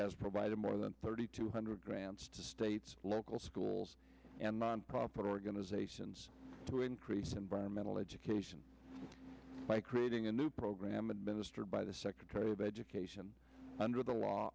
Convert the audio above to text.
has provided more than thirty two hundred grants to states local schools and nonprofit organizations to increase environmental education by creating a new program administered by the secretary of education under the law